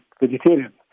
vegetarian